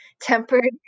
tempered